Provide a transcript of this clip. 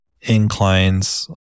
inclines